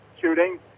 shooting